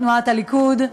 תנועת הליכוד,